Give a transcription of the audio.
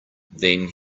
then